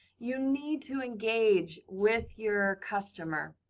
you need to engage with your customer.